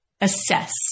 assess